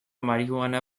marijuana